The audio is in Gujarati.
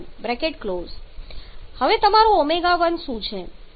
82T1 હવે તમારું ω1 શું છે